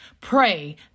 Pray